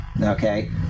Okay